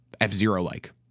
F-Zero-like